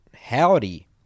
Howdy